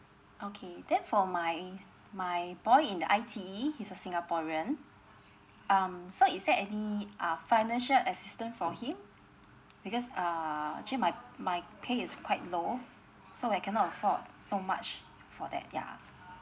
okay then for my my boy in the I_T_E he's a singaporean um so is there any um financial assistance for him because uh actually my my pay is quite low so I cannot afford so much for that yeah